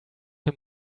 him